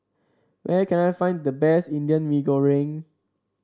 where can I find the best Indian Mee Goreng